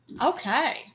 Okay